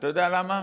אתה יודע למה?